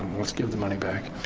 let's give the money back.